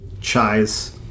Chai's